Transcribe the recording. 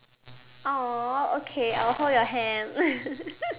!aww! okay I will hold your hand